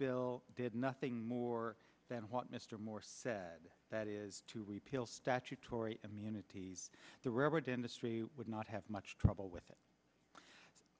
bill did nothing more then what mr morris said that is to repeal statutory immunities the railroad industry would not have much trouble with it